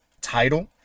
title